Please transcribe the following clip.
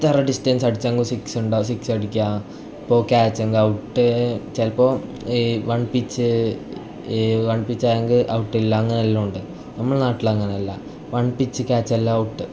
എത്ര ഡിസ്റ്റൻസ് അടിച്ചെങ്കിലും സിക്സ് ഉണ്ടാവും സിക്സ് അടിക്കാം ഇപ്പോൾ ക്യാച്ച് എങ്കിൽ ഔട്ട് ചിലപ്പോൾ ഈ വൺ പിച്ച് ഈ വൺ പിച്ച് ആണെങ്കിൽ ഔട്ട് ഇല്ല അങ്ങനെ അല്ല ഉണ്ട് നമ്മളെ നാട്ടിൽ അങ്ങനെ അല്ല വൺ പിച്ച് ക്യാച്ച് എല്ലാം ഔട്ട്